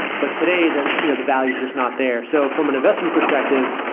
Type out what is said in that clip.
but today, the you know the value is just not there. so from an investment perspective,